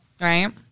right